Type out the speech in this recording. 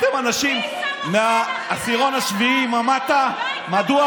ראש ממשלה חלופי לפיד.